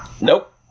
Nope